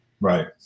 Right